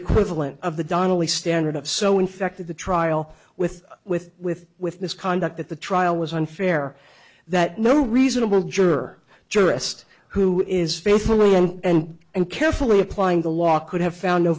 equivalent of the donnelley standard of so infected the trial with with with with misconduct that the trial was unfair that no reasonable juror jurist who is faithfully and and carefully applying the law could have found